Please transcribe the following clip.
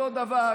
אותו דבר,